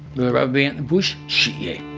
the ah the and bush? shit, yeah.